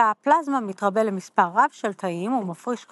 תא הפלזמה מתרבה למספר רב של תאים,